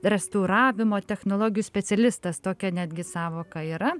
restauravimo technologijų specialistas tokia netgi sąvoka yra